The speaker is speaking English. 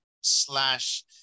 slash